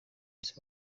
isi